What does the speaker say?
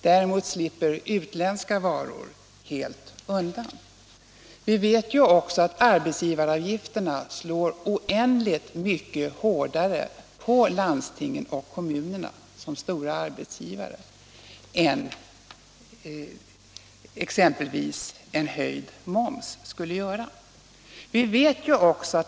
Däremot slipper utländska varor helt undan. En höjning av arbetsgivaravgifterna slår också oändligt mycket hårdare mot landstingen och kommunerna som stora arbetsgivare än exempelvis en höjd moms skulle göra.